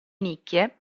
nicchie